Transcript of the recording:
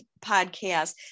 podcast